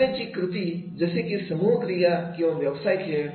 शिकण्याच्या कृती जसे की समूह क्रिया किंवा व्यवसाय खेळ